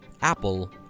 Apple